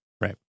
right